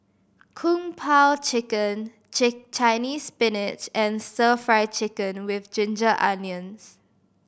Kung Po Chicken Chinese Spinach and Stir Fry Chicken with ginger onions